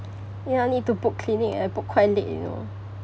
ya need to book clinic I book quite late you know